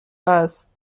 است